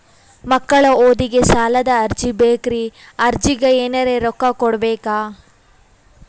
ಮಕ್ಕಳ ಓದಿಗಿ ಸಾಲದ ಅರ್ಜಿ ಬೇಕ್ರಿ ಅರ್ಜಿಗ ಎನರೆ ರೊಕ್ಕ ಕೊಡಬೇಕಾ?